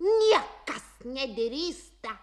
niekas nedrįsta